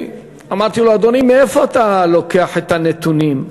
אמרתי לו: אדוני, מאיפה אתה לוקח את הנתונים?